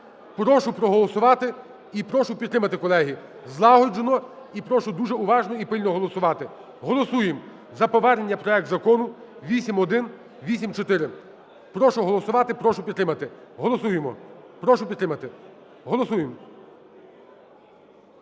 Прошу проголосувати і прошу підтримати, колеги, злагоджено. І прошу дуже уважно і пильно голосувати. Голосуємо за повернення проекту Закону 8184. Прошу голосувати. Прошу підтримати. Голосуємо. Прошу підтримати. Голосуємо.